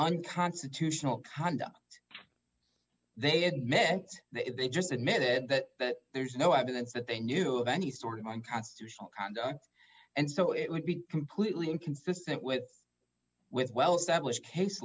unconstitutional kunda they had meant they just admitted that there's no evidence that they knew of any sort of unconstitutional conduct and so it would be completely inconsistent with with well established